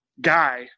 guy